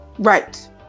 Right